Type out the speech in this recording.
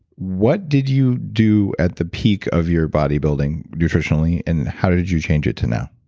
what did you do at the peak of your bodybuilding nutritionally, and how did you change it to now?